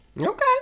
Okay